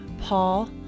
Paul